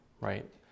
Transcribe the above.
Right